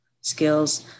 skills